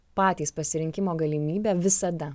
patys pasirinkimo galimybę visada